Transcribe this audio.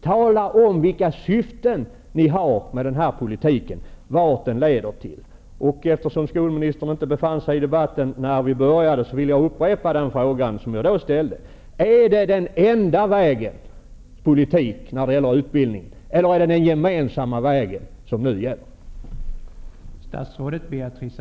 Tala om vilka syften ni har med den här politiken, vart den leder! Eftersom skolministern inte var här när debatten började vill jag upprepa den fråga som jag då ställde: Är det den enda vägens eller den gemensamma vägens politik som nu gäller beträffande utbildningen?